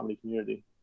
community